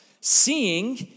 seeing